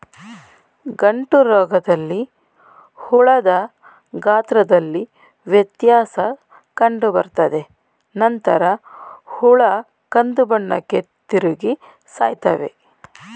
ಗಂಟುರೋಗದಲ್ಲಿ ಹುಳದ ಗಾತ್ರದಲ್ಲಿ ವ್ಯತ್ಯಾಸ ಕಂಡುಬರ್ತದೆ ನಂತರ ಹುಳ ಕಂದುಬಣ್ಣಕ್ಕೆ ತಿರುಗಿ ಸಾಯ್ತವೆ